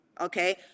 Okay